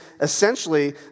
essentially